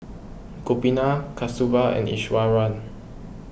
Gopinath Kasturba and Iswaran